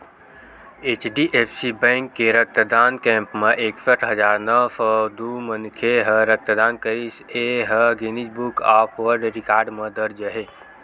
HDFC bank के रक्तदान camp म एकसट हजार नव सौ दू मनखे ह रक्तदान करिस ए ह Guinness book of world record म दर्ज हे